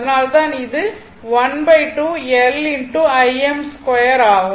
அதனால்தான் இது ½ L Im2 ஆகும்